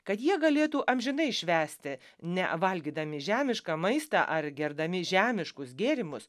kad jie galėtų amžinai švęsti ne valgydami žemišką maistą ar gerdami žemiškus gėrimus